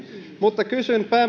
mutta kysyn